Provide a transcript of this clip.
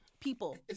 people